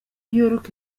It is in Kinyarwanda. york